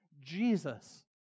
Jesus